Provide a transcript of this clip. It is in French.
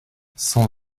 cent